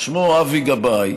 שמו אבי גבאי,